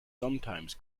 sometimes